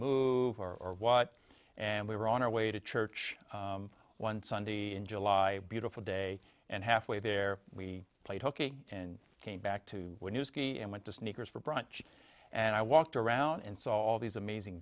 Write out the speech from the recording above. move or what and we were on our way to church one sunday in july beautiful day and halfway there we played hooky and came back to when you ski and went to sneakers for brunch and i walked around and saw all these amazing